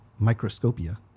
Microscopia